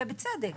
ובצדק